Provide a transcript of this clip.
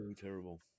terrible